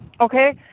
Okay